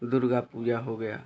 दुर्गा पूजा हो गया